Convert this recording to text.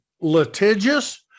litigious